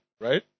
right